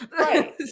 Right